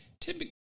typically